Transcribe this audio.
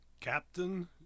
Captain